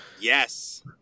Yes